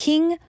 King